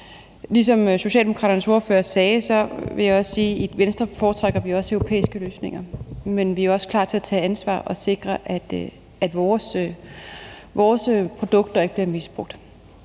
Ligesom Socialdemokraternes ordfører sagde, vil jeg også sige, at vi i Venstre foretrækker europæiske løsninger, men vi er også klar til at tage ansvar og sikre, at vores produkter ikke bliver misbrugt.